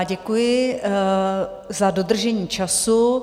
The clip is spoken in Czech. Děkuji za dodržení času.